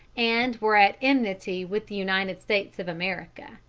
and were at enmity with the united states of america.